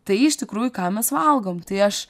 tai iš tikrųjų ką mes valgom tai aš